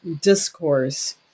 discourse